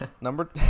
number